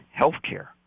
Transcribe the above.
healthcare